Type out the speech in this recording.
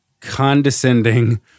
condescending